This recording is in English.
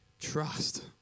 Trust